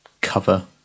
cover